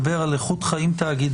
מדבר על איכות תאגידית.